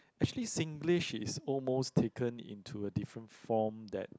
actually Singlish is almost taken into a different form that